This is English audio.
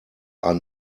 are